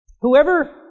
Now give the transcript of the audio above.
Whoever